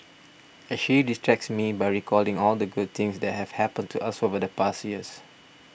and she distracts me by recalling all the good things that have happened to us over the past year